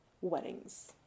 weddings